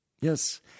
Yes